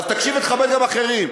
אז תקשיב ותכבד גם אחרים.